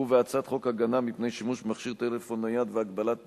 ובהצעת חוק הגנה מפני שימוש במכשיר טלפון נייד והגבלת פרסומת,